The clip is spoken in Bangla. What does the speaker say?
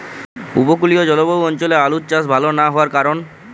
উপকূলীয় জলবায়ু অঞ্চলে আলুর চাষ ভাল না হওয়ার কারণ?